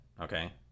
Okay